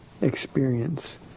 experience